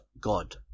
God